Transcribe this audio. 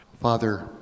Father